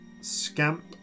Scamp